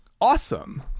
Awesome